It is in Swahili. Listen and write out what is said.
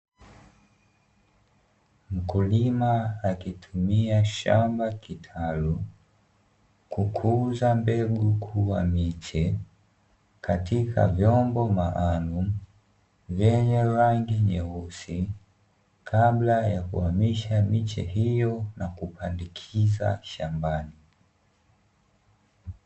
Mkulima akitumia shamba kitalu kukuza mbegu kuwa miche, katika vyombo maalumu vyenye rangi nyeusi, kabla ya kuhamisha miche hiyo na kupandikiza shambani.